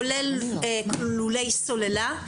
כולל לולי סוללה,